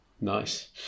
Nice